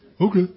Okay